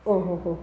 ഓ ഹൊ ഹൊ